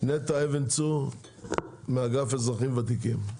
נטע אבן צור מאגף אזרחים ותיקים.